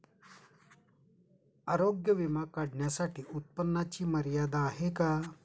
आरोग्य विमा काढण्यासाठी उत्पन्नाची मर्यादा आहे का?